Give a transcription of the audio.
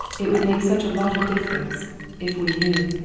it would make such a lot of difference if we knew!